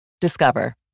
Discover